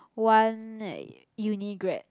one uni grad